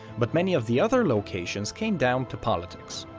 but many of the other locations came down to politics.